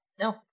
No